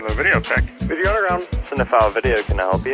videotheque video underground cinephile video, can i help you?